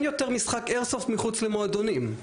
יותר משחק איירסופט מחוץ למועדונים.